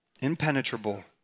impenetrable